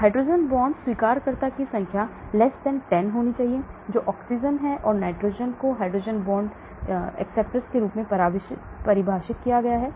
hydrogen bond स्वीकर्ता की संख्या 10 जो ऑक्सीजन है और नाइट्रोजन को हाइड्रोजन बांड स्वीकर्ता के रूप में परिभाषित किया गया है